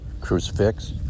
crucifix